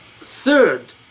Third